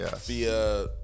via